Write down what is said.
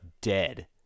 dead